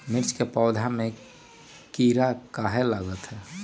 मिर्च के पौधा में किरा कहे लगतहै?